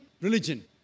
religion